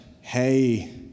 hey